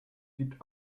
gibt